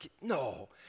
No